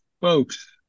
folks